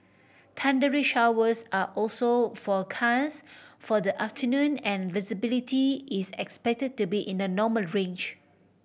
thundery showers are also forecast for the afternoon and visibility is expected to be in the normal range